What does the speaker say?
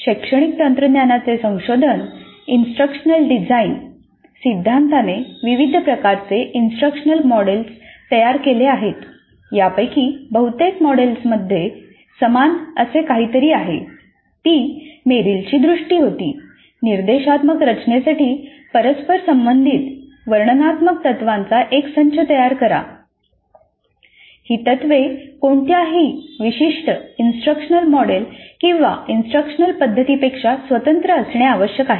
शैक्षणिक तंत्रज्ञानाचे संशोधन इंस्ट्रक्शनल डिझाइन पद्धतीपेक्षा स्वतंत्र असणे आवश्यक आहे